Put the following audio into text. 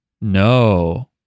No